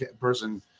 person